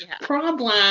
problem